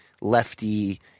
lefty